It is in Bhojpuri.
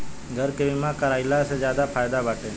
घर के बीमा कराइला से ज्यादे फायदा बाटे